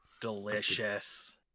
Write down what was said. Delicious